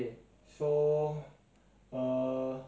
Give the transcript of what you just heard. up to you